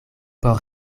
por